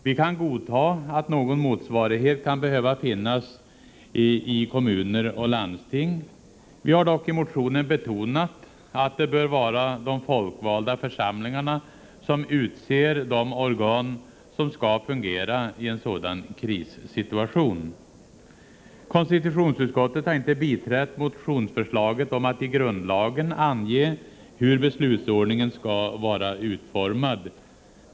Vi godtar att någon motsvarighet kan behöva finnas i kommuner och landsting. Vi har dock i motionen betonat att det bör vara de folkvalda församlingarna som utser de organ som skall fungera i en sådan krissituation. Konstitutionsutskottet har inte biträtt motionsförslaget om att i grundlagen ange hur beslutsordningen skall vara utformad.